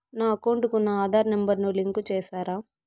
నా అకౌంట్ కు నా ఆధార్ నెంబర్ ను లింకు చేసారా